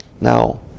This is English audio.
Now